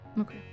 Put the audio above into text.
Okay